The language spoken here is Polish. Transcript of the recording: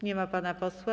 Nie ma pana posła.